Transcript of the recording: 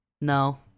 No